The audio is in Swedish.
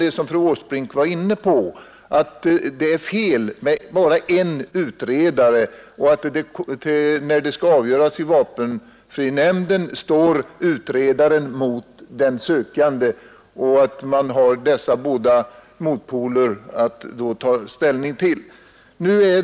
Vi kommer inte ifrån att det såsom fru Åsbrink sade är fel med bara en utredare som står mot den sökande i vapenfrinämnden när ärendet skall avgöras. De som skall avgöra saken har då bara dessa motpoler att ta ställning till.